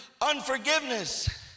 unforgiveness